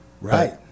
Right